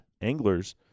anglers